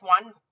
one